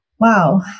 Wow